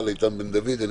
ככל שהוא נדרש.